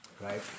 right